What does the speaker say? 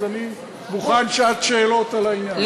אז אני מוכן שעת שאלות על העניין.